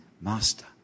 Master